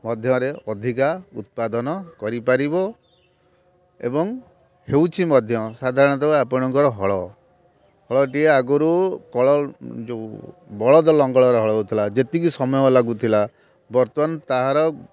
ମଧ୍ୟରେ ଅଧିକା ଉତ୍ପାଦନ କରିପାରିବ ଏବଂ ହେଉଛି ମଧ୍ୟ୍ୟ ସାଧାରଣତଃ ଆପଣଙ୍କର ହଳ ହଳଟିଏ ଆଗରୁ କଳ ଯେଉଁ ବଳଦ ଲଙ୍ଗଳରେ ହଳ ହେଉଥିଲା ଯେତିକି ସମୟ ଲାଗୁଥିଲା ବର୍ତ୍ତମାନ ତାହାର